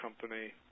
company